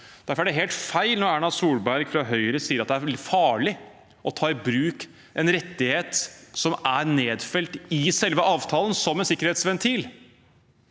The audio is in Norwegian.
Derfor er det helt feil når Erna Solberg fra Høyre sier at det er veldig farlig å ta i bruk en rettighet som er nedfelt i selve avtalen som en sikkerhetsventil.